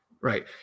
Right